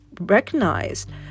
recognized